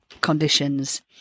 conditions